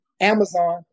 Amazon